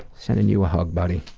sending you a hug, buddy.